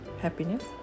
Happiness